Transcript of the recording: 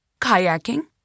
Kayaking